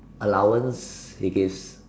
allowance he gives